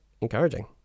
encouraging